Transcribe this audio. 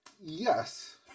Yes